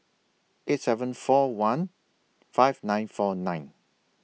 eight seven four one five nine four nine